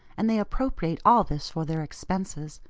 and they appropriate all this for their expenses.